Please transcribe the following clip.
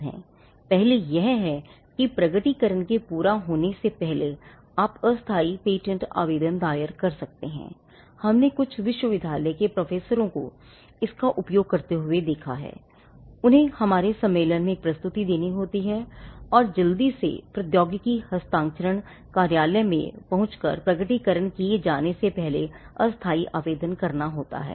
पहली यह है कि प्रकटीकरण के पूरा तैयार होने से पहले आप अस्थाई पेटेंट आवेदन दायर कर सकते हैं हमने कुछ विश्वविद्यालय के प्रोफेसरों को इसका उपयोग करते हुए देखा है उन्हें हमारे सम्मेलन में एक प्रस्तुति देनी होती है और जल्दी से प्रौद्योगिकी हस्तांतरण कार्यालय में पहुँचकर प्रकटीकरण किए जाने से पहले अस्थाई आवेदन करना होता है